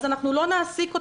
אנחנו לא נעסיק אותן.